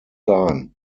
time